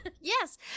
Yes